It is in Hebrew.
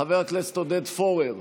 חבר הכנסת עודד פורר,